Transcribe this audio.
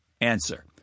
Answer